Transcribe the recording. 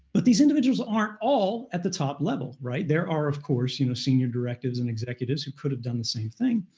but these individuals aren't all at the top level, right? there are, of course, you know, senior directives and executives who could have done the same thing.